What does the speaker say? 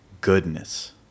goodness